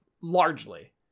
largely